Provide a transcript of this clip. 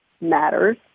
matters